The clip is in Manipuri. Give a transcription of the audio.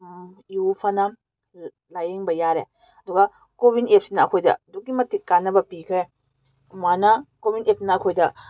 ꯏꯎ ꯐꯅ ꯂꯥꯏꯌꯦꯡꯕ ꯌꯥꯔꯦ ꯑꯗꯨꯒ ꯀꯣꯋꯤꯟ ꯑꯦꯞꯁꯤꯅ ꯑꯩꯈꯣꯏꯗ ꯑꯗꯨꯛꯀꯤ ꯃꯇꯤꯛ ꯀꯥꯟꯅꯕ ꯄꯤꯈ꯭ꯔꯦ ꯁꯨꯃꯥꯏꯅ ꯀꯣꯋꯤꯟ ꯑꯦꯞꯅ ꯑꯩꯈꯣꯏꯗ